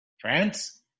France